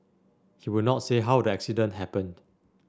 he would not say how the accident happened